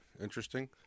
interesting